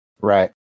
Right